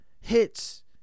Hits